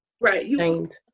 Right